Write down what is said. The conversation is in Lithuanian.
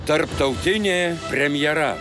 tarptautinė premjera